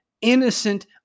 innocent